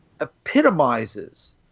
epitomizes